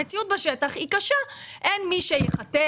המציאות בשטח היא קשה; אין מי שיחתל,